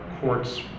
courts